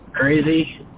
Crazy